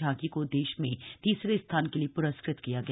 झांकी को देश में तीसरे स्थान के लिए पुरस्कृत किया गया